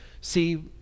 see